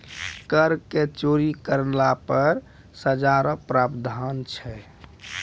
कर के चोरी करना पर सजा रो प्रावधान छै